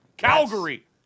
Calgary